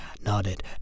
nodded